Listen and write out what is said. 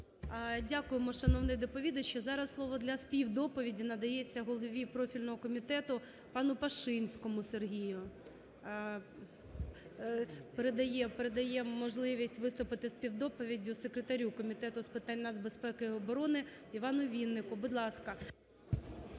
Дякуємо, шановний доповідачу. Зараз слово для співдоповіді надається голові профільного комітету пану Пашинському Сергію. Передає, передає можливість виступити із співдоповіддю секретарю Комітету з питань нацбезпеки і оборони Івану Віннику. Будь ласка.